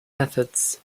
methods